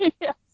Yes